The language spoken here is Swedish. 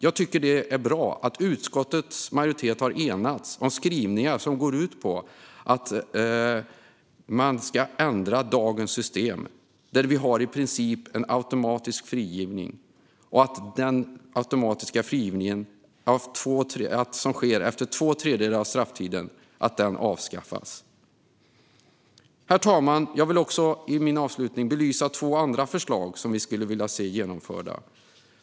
Jag tycker att det är bra att utskottets majoritet har enats om skrivningar som går ut på att man ska ändra dagens system, där vi i princip har en automatisk frigivning, och att den automatiska frigivning som sker efter två tredjedelar av strafftiden ska avskaffas. Herr talman! Jag vill i min avslutning belysa två andra förslag som vi skulle vilja se genomförda.